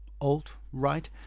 alt-right